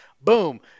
boom